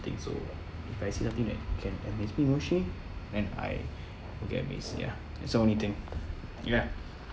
thing so if I see something that can amaze me emotionally and I will get amazed ya it's only thing ya